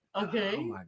okay